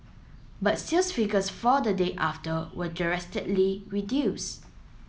but sales figures for the day after were reduced